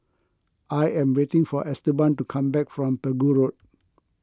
I am waiting for Esteban to come back from Pegu Road